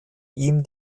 ihm